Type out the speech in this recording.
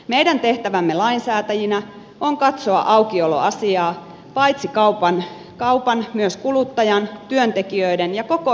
meidän tehtävämme lainsäätäjinä on katsoa aukioloasiaa paitsi kaupan myös kuluttajan työntekijöiden ja koko yhteiskunnan kannalta